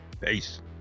Peace